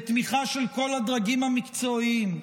בתמיכה של כל הדרגים המקצועיים,